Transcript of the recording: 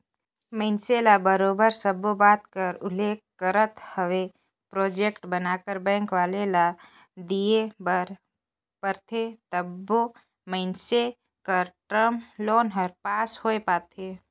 मइनसे ल बरोबर सब्बो बात कर उल्लेख करत होय प्रोजेक्ट बनाकर बेंक वाले ल देय बर परथे तबे मइनसे कर टर्म लोन हर पास होए पाथे